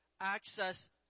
access